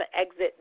exit